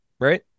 right